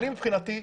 אני מבחינתי,